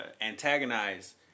antagonize